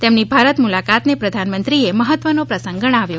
તેમની ભારત મુલાકાતને પ્રધાનમંત્રીએ મહત્વનો પ્રસંગ ગણાવ્યો